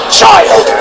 child